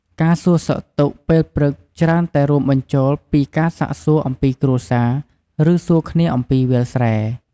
ការសួរសុខទុក្ខពេលព្រឹកច្រើនតែរួមបញ្ចូលពី ការសាកសួរអំពីគ្រួសារ ឬ សួរគ្នាអំពីវាលស្រែ។